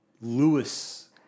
Lewis